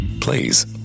Please